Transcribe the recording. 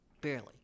barely